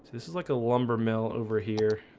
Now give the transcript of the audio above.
this is like a lumber mill over here